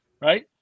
right